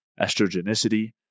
estrogenicity